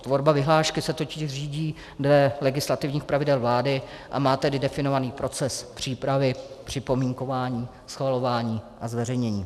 Tvorba vyhlášky se totiž řídí dle legislativních pravidel vlády, a má tedy definovaný proces přípravy připomínkování, schvalování a zveřejnění.